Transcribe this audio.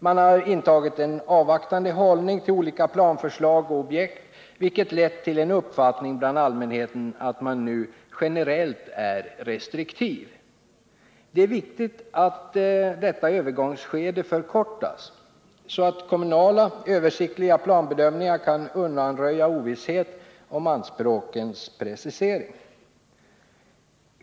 Man har intagit en avvaktande hållning till olika planförslag och objekt, vilket har lett till en uppfattning bland allmänheten att man nu generellt är restriktiv. Det är viktigt att detta övergångsskede förkortas, så att kommunala översiktliga planbedömningar kan undanröja ovisshet om anspråkens precisering.